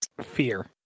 Fear